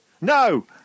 No